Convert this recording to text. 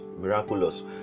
miraculous